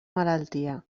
malaltia